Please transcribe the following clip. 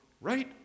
right